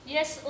Yes